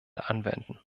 anwenden